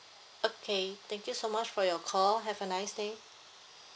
okay thank you so much for your call have a nice day